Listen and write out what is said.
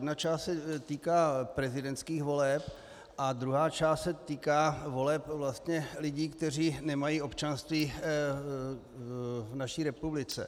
Jedna část se týká prezidentských voleb a druhá část se týká voleb vlastně lidí, kteří nemají občanství v naší republice.